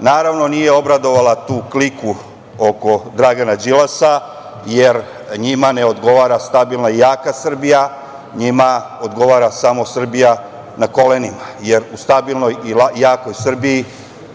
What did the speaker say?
naravno nije obradovala tu kliku oko Dragana Đilasa jer njima ne odgovara stabilna i jaka Srbija. Njima odgovara samo Srbija na kolenima jer u stabilnoj i jakoj Srbiji